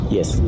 Yes